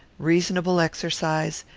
reasonable exercise,